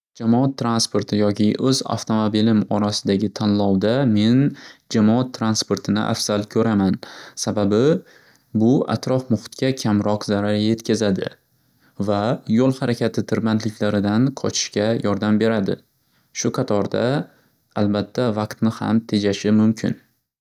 Jamoat transporti yoki o'z avtomobilim orasidagi tanlovda men jamoat transportini afzal ko'raman. Sababi bu atrof muxitga kamroq zarar yetkazadi va yo'l harakati tirbandliklaridan qochishga yordam beradi. Shu qatorda albatda vaqtni ham tejashi mumkin.